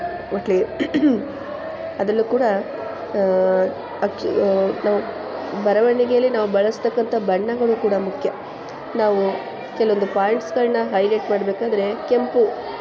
ಒಟ್ಲಿ ಅದರಲ್ಲೂ ಕೂಡ ಅಕ್ಕಿ ನಾವು ಬರವಣಿಗೆಯಲ್ಲಿ ನಾವು ಬಳಸ್ತಕ್ಕಂಥ ಬಣ್ಣಗಳು ಕೂಡ ಮುಖ್ಯ ನಾವು ಕೆಲವೊಂದು ಪಾಯಿಂಟ್ಸ್ಗಳನ್ನ ಹೈಲೈಟ್ ಮಾಡ್ಬೇಕಾದರೆ ಕೆಂಪು